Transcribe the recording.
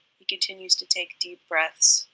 he continues to take deep breaths,